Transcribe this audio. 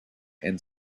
and